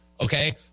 okay